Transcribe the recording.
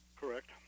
Correct